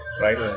Right